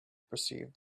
perceived